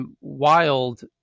wild